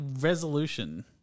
resolution